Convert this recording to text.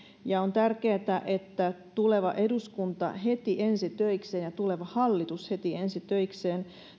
ja on tärkeätä että tuleva eduskunta heti ensi töikseen ja tuleva hallitus heti ensi töikseen